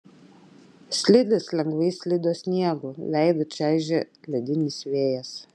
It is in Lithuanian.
slidės lengvai slydo sniegu veidą čaižė ledinis vėjas